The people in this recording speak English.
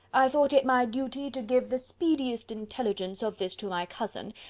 i thought it my duty to give the speediest intelligence of this to my cousin,